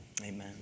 amen